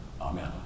Amen